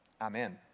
Amen